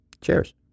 Cheers